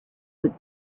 would